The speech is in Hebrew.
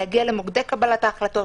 להגיע למוקדי קבלת ההחלטות,